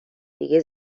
دیگه